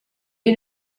est